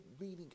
meaning